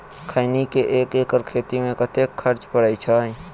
खैनी केँ एक एकड़ खेती मे कतेक खर्च परै छैय?